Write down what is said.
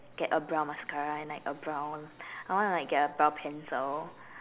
get a brown mascara and like a brown and I wanna get a brow pencil